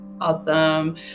Awesome